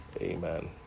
Amen